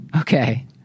Okay